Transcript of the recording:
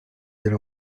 elle